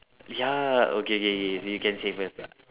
ya okay K K you can say first